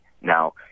Now